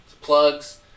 plugs